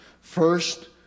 First